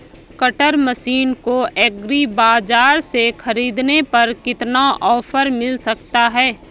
Cutter machine को agri बाजार से ख़रीदने पर कितना ऑफर मिल सकता है?